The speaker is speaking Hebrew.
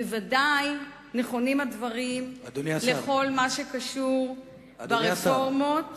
בוודאי נכונים הדברים לכל מה שקשור ברפורמות